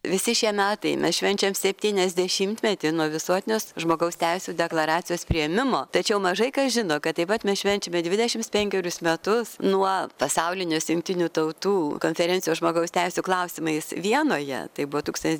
visi šie metai mes švenčiam septyniasdešimtmetį nuo visuotinės žmogaus teisių deklaracijos priėmimo tačiau mažai kas žino kad taip pat mes švenčiame dvidešims penkerius metus nuo pasaulinės jungtinių tautų konferencijos žmogaus teisių klausimais vienoje tai buvo tūkstantis